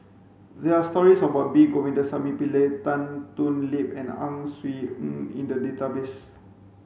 there are stories about P Govindasamy Pillai Tan Thoon Lip and Ang Swee Aun in the database